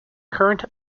current